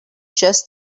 just